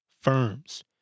firms